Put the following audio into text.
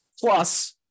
Plus